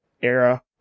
era